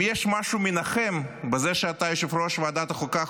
אם יש משהו מנחם בזה שאתה יושב-ראש ועדת החוקה,